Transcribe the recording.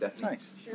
Nice